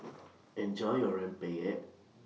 Enjoy your Rempeyek